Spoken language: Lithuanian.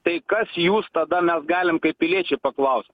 tai kas jūs tada mes galim kaip piliečiai paklaust